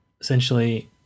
Essentially